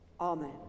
Amen